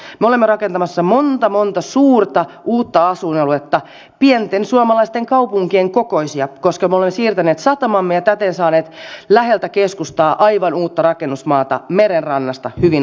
me olemme rakentamassa monta monta suurta uutta asuinaluetta pienen suomalaisen kaupungin kokoista koska me olemme siirtäneet satamamme ja täten saaneet läheltä keskustaa aivan uutta rakennusmaata merenrannasta hyvin arvokasta